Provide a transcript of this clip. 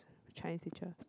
Chinese teacher